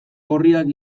gorriak